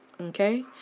okay